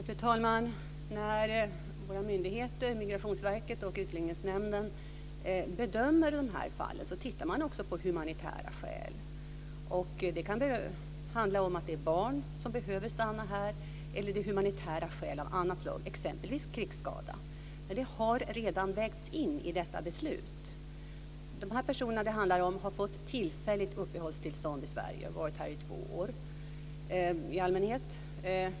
Fru talman! När våra myndigheter, Migrationsverket och Utlänningsnämnden, bedömer dessa fall tittar de också på humanitära skäl. Det kan handla om att det är barn som behöver stanna här eller humanitära skäl av annat slag, t.ex. krigsskada. Men det har redan vägts in i detta beslut. Dessa personer som det handlar om har fått tillfälligt uppehållstillstånd i Sverige och varit här i två år i allmänhet.